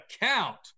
count